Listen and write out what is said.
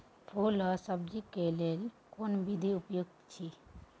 फूल आ सब्जीक लेल कोन विधी उपयुक्त अछि?